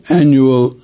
annual